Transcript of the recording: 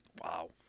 Wow